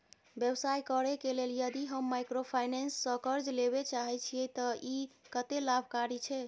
व्यवसाय करे के लेल यदि हम माइक्रोफाइनेंस स कर्ज लेबे चाहे छिये त इ कत्ते लाभकारी छै?